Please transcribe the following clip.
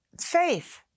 faith